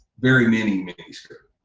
very many miniskirt,